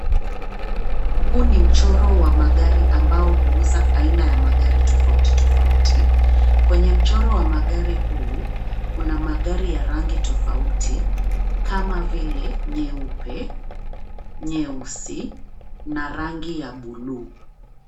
Huu ni mchoro wa magari ambayo huuza magari tofauti tofauti .Kwenye mchoro wa magari huu kuna magari ya rangi tofauti kama vile nyeupe, nyeusi na rangi ya bluu.